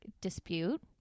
dispute